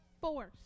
force